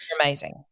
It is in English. amazing